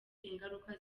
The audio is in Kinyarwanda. ingaruka